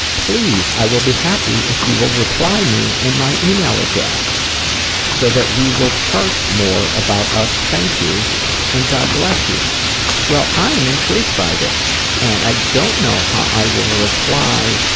please, i will be happy if you will reply me in my email address so that we will chart more about us. thank you and god bless you well i am intrigued by this and i don't know how i will reply